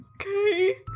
Okay